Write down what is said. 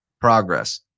progress